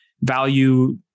value